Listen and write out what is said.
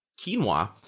quinoa